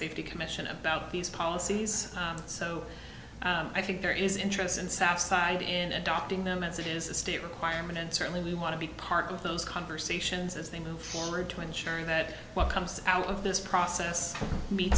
safety commission about these policies so i think there is interest in southside in adopting them as it is a state requirement and certainly we want to be part of those conversations as they move forward to ensuring that what comes out of this process me